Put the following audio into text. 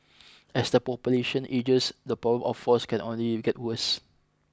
as the population ages the problem of falls can only get worse